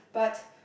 but